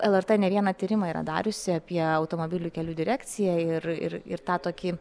lrt ne vieną tyrimą yra dariusi apie automobilių kelių direkciją ir ir ir tą tokį